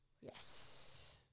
Yes